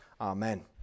Amen